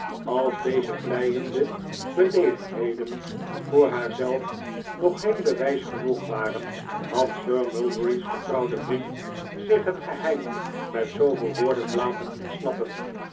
als deze vleiende beleefdheden voor haar zelf nog geen bewijs genoeg waren had sir mulberry's vertrouwde vriend zich het geheim met zooveel woorden laten ontsnappen